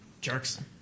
Jerks